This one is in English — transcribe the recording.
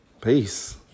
peace